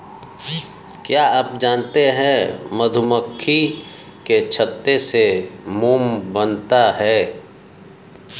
क्या आप जानते है मधुमक्खी के छत्ते से मोम बनता है